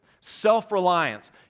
self-reliance